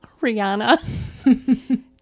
Rihanna